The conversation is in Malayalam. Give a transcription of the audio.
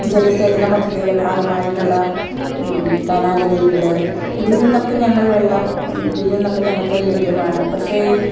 ജലസേചന പദ്ധതിയുടെ ഭാഗമായിട്ടുള്ള കനാലുകളുണ്ട് ഇതിൽ നിന്നൊക്കെ ഞങ്ങൾ വെള്ളം ഇതിൽ നിന്നൊക്കെ ഞങ്ങൾക്ക് ലഭ്യമാണ് പക്ഷേ